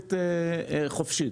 רגולטורית חופשית.